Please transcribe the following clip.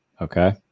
okay